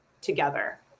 together